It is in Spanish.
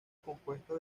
compuesta